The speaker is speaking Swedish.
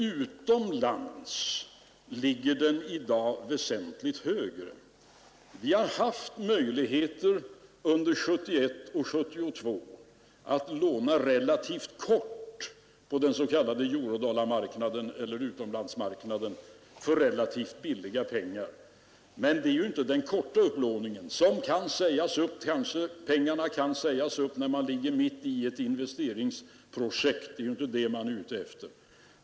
Utomlands ligger den i dag väsentlig högre. Under 1971 och 1972 har vi haft möjligheter att låna relativt kort på den s.k. eurodollarmarknaden, eller utlandsmarknaden, för ganska billiga pengar. Men det är ju inte den korta upplåningen — när pengarna kan sägas upp när man ligger mitt i ett investeringsprojekt — som man är ute efter.